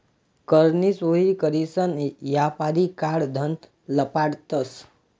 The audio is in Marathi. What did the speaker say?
कर नी चोरी करीसन यापारी काळं धन लपाडतंस